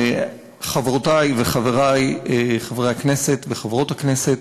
חברותי וחברי חברי הכנסת וחברות הכנסת,